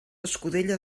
escudella